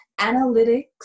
analytics